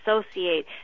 associate